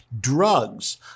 drugs